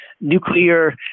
nuclear